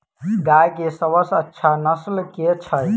गाय केँ सबसँ अच्छा नस्ल केँ छैय?